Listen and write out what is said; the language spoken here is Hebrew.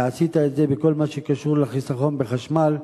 ועשית את זה בכל מה שקשור לחיסכון בחשמל,